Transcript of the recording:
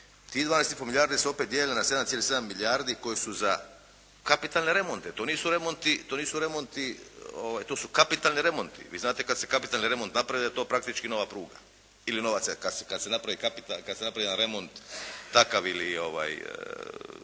i po milijardi se opet dijeli na 7,7 milijardi koje su za kapitalne remonte. To nisu remonti, to su kapitalni remonti. Vi znate kad se kapitalni remont napravi da je to praktički nova pruga ili nova, kad se napravi jedan remont takav ili